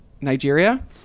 Nigeria